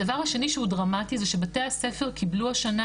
הדבר השני שהוא דרמטי זה שבתי הספר קיבלו השנה,